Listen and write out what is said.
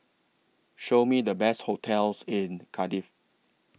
Show Me The Best hotels in Cardiff